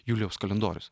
julijaus kalendorius